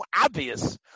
obvious